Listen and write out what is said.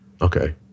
Okay